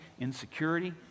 insecurity